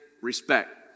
respect